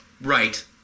right